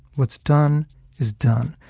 what's done is done,